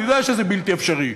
אני יודע שזה בלתי אפשרי,